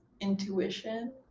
Intuition